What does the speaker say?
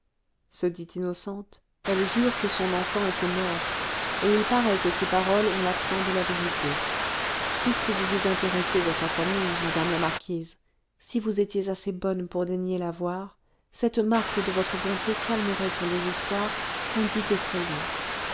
se dit innocente elle jure que son enfant était mort et il paraît que ces paroles ont l'accent de la vérité puisque vous vous intéressez à sa famille madame la marquise si vous étiez assez bonne pour daigner la voir cette marque de votre bonté calmerait son désespoir qu'on dit effrayant